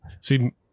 See